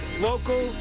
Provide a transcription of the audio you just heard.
local